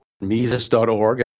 mises.org